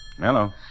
Hello